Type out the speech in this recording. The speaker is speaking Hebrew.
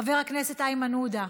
חבר הכנסת איימן עודה,